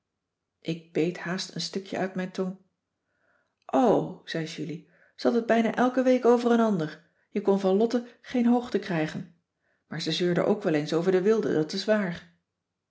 ik beet haast een stukje uit mijn tong o zei julie ze had het bijna elke week over een ander je kon van lotte geen hoogte krijgen maar ze zeurde ook wel eens over de wilde dat is waar